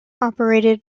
operated